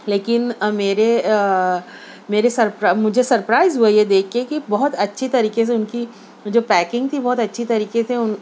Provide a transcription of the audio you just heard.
لیکن میرے میرے سرپر مجھے سرپرائز ہوا یہ دیکھ کے کہ بہت اچھی طریقے سے ان کی جو پیکنگ تھی بہت اچھی طریقے سے